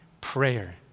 prayer